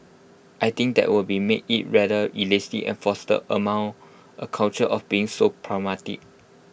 I think that would be make IT rather elitist and foster among A culture of being so pragmatic